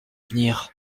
venir